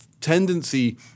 tendency